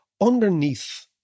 underneath